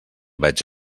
veig